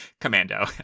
Commando